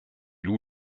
loue